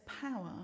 power